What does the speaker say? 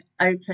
open